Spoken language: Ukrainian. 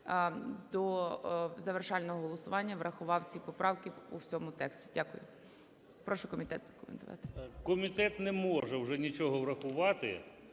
до завершального голосування, врахував ці поправки по всьому тексту. Дякую. Прошу комітет прокоментувати.